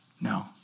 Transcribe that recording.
No